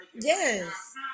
yes